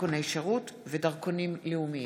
דרכוני שירות ודרכונים לאומיים.